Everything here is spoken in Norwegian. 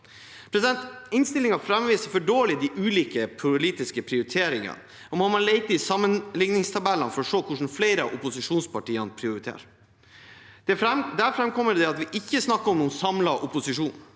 Innstillingen framviser for dårlig de ulike politiske prioriteringene, og man må lete i sammenligningstabellene for å se hvordan flere av opposisjonspartiene prioriterer. Der framkommer det at vi ikke snakker om noen samlet opposisjon,